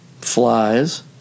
flies